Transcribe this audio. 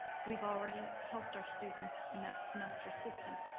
we've already helped our students in that semester system.